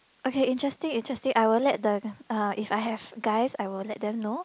okay interesting interesting I will let the uh if I have guys I will let them know